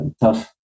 tough